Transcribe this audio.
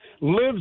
lives